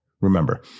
Remember